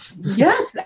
Yes